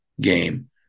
game